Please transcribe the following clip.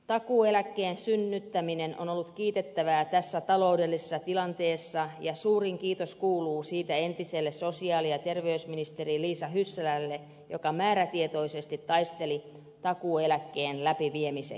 takuueläkkeen synnyttäminen on ollut kiitettävää tässä taloudellisessa tilanteessa ja suurin kiitos kuuluu siitä entiselle sosiaali ja terveysministeri liisa hyssälälle joka määrätietoisesti taisteli takuu eläkkeen läpiviemiseksi